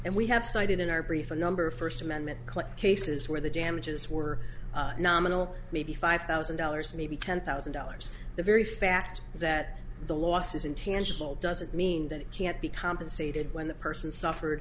and we have cited in our brief a number of first amendment cases where the damages were nominal maybe five thousand dollars maybe ten thousand dollars the very fact that the loss is intangible doesn't mean that it can't be compensated when the person suffered